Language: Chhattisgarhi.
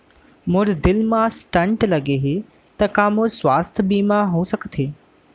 मोर दिल मा स्टन्ट लगे हे ता का मोर स्वास्थ बीमा हो सकत हे?